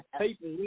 people